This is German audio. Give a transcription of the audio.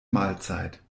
mahlzeit